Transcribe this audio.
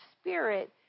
spirit